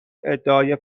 ادعای